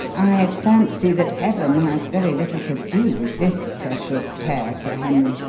i fancy that heaven has very little to do with this precious pair, sir henry,